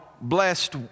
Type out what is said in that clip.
blessed